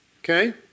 Okay